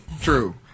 True